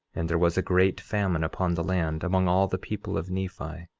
and there was a great famine upon the land, among all the people of nephi.